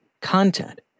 Content